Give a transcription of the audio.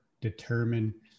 determine